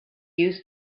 used